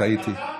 תודה רבה.